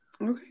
Okay